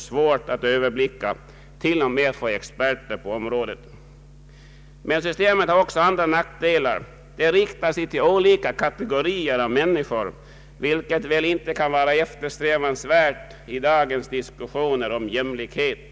Systemet har också andra nackdelar. Det riktar sig till olika kategorier av människor, vilket väl inte är eftersträvansvärt i dagens diskussioner om jämlikhet.